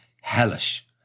hellish